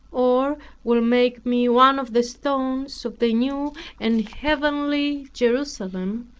or will make me one of the stones of the new and heavenly jerusalem,